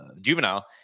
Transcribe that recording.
juvenile